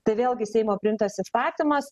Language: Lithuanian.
tai vėlgi seimo priimtas įstatymas